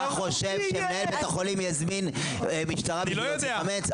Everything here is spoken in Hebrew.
אתה חושב שמנהל בית החולים יזמין משטרה בשביל להוציא חמץ?